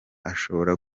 ashobora